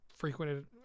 frequented